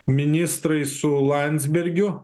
ministrai su landsbergiu